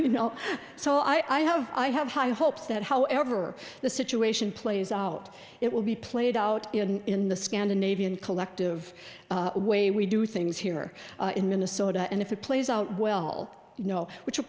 you know so i have i have high hopes that however the situation plays out it will be played out in the scandinavian collective way we do things here in minnesota and if it plays out well you know which will